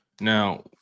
Now